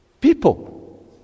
People